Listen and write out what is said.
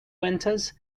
winters